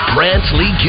Brantley